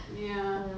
ya